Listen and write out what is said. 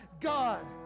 God